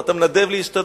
אתה מנדב לי שתי דקות?